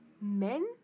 Men